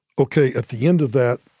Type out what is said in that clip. okay, at the end of that